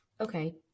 okay